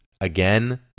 again